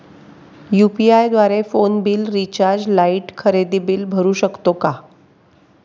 UPI द्वारे phone bill, recharge, light, खरेदी bill भरू शकतो का?